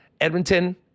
Edmonton